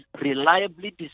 reliably